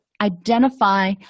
identify